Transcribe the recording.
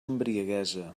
embriaguesa